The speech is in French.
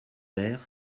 vers